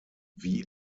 wie